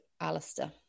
Alistair